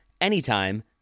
anytime